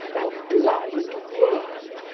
thou blind worm,